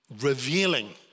revealing